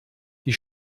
die